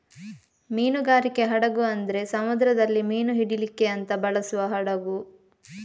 ಮೀನುಗಾರಿಕೆ ಹಡಗು ಅಂದ್ರೆ ಸಮುದ್ರದಲ್ಲಿ ಮೀನು ಹಿಡೀಲಿಕ್ಕೆ ಅಂತ ಬಳಸುವ ಹಡಗು